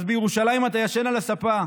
אז בירושלים אתה ישן על הספה.